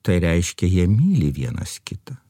tai reiškia jie myli vienas kitą